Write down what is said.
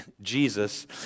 Jesus